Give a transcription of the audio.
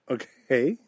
Okay